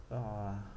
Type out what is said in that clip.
uh